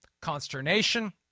consternation